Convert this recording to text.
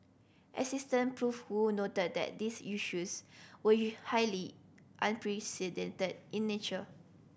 Assistant Prof Woo noted that these issues were highly unprecedented in nature